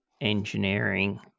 engineering